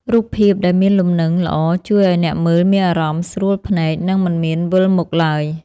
រូបភាពដែលមានលំនឹងល្អជួយឱ្យអ្នកមើលមានអារម្មណ៍ស្រួលភ្នែក និង មិនមានវិលមុខឡើយ។